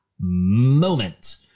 moment